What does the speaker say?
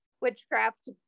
witchcraft